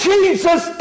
Jesus